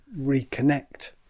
reconnect